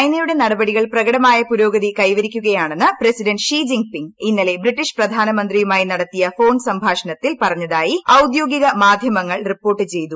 ചൈനയുടെ നടപടികൾ പ്രകടമായ പുരോഗതി കൈവരിക്കുകയാണെന്ന് പ്രസിഡന്റ് ഷി ജിൻപിംഗ് ഇന്നലെ ബ്രിട്ടീഷ് പ്രധാനമന്ത്രിയുമായി നടത്തിയ ഫോൺ സംഭാഷണത്തിൽ പറഞ്ഞതായി ഔദ്യോഗിക മാധ്യമങ്ങൾ റിപ്പോർട്ട് ചെയ്തു